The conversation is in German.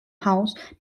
haus